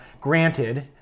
granted